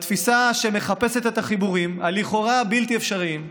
בתפיסה שמחפשת את החיבורים הבלתי-אפשריים לכאורה,